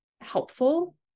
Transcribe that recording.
helpful